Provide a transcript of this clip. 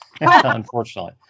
unfortunately